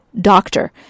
doctor